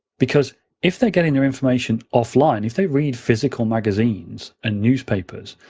because if they're getting their information offline, if they read physical magazines and newspapers,